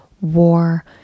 war